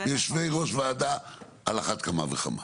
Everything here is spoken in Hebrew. יושבי ראש וועדה על אחת כמה וכמה.